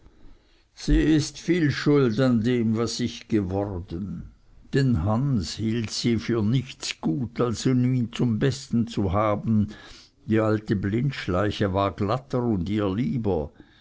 sie ist viel schuld an dem was ich geworden den hans hielt sie für nichts gut als um ihn zum besten zu haben die alte blindschleiche war glatter und ihr lieber